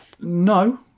No